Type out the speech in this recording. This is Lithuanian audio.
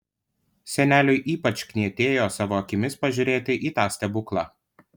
seneliui ypač knietėjo savo akimis pažiūrėti į tą stebuklą